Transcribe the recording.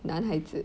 男孩子